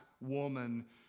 woman